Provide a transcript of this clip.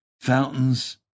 fountains